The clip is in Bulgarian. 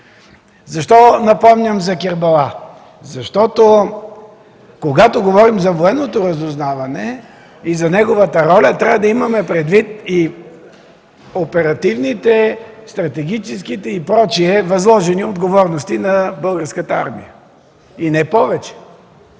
Защо напомням за Кербала? Защото, когато говорим за военното разузнаване и за неговата роля, трябва да имаме предвид оперативните, стратегическите и прочие възложени отговорности на Българската армия. И не повече!